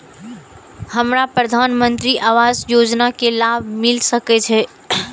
हमरा प्रधानमंत्री आवास योजना के लाभ मिल सके छे?